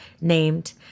named